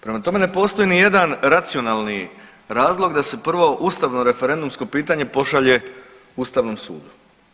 Prema tome, ne postoji ni jedan racionalni razlog da se prvo ustavno referendumsko pitanje pošalje Ustavnom sudu.